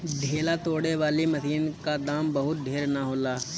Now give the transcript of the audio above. ढेला तोड़े वाली मशीन क दाम बहुत ढेर ना होला